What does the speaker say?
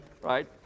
right